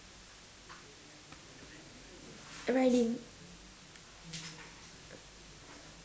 riding